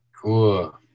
Cool